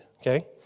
okay